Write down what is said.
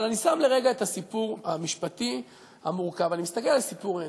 אבל אני שם לרגע את הסיפור המשפטי המורכב ואני מסתכל על הסיפור האנושי,